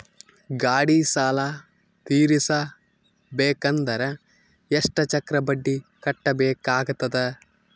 ಗಾಡಿ ಸಾಲ ತಿರಸಬೇಕಂದರ ಎಷ್ಟ ಚಕ್ರ ಬಡ್ಡಿ ಕಟ್ಟಬೇಕಾಗತದ?